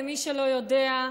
למי שלא יודע,